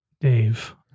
Dave